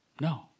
No